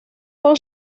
con